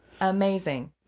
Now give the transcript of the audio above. Amazing